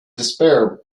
despair